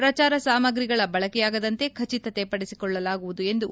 ಪ್ರಚಾರ ಸಾಮಗ್ರಿಗಳ ಬಳಕೆಯಾಗದಂತೆ ಖಚಿತತೆ ಪಡಿಸಿಕೊಳ್ಳಲಾಗುವುದು ಎಂದು ಒ